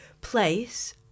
place